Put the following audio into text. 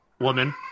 woman